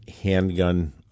handgun